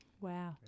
Wow